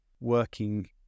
working